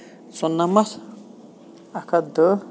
ژُنَمَتھ اکھ ہَتھ دہ